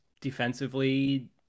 defensively